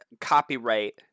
copyright